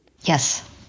Yes